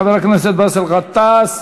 חבר הכנסת באסל גטאס,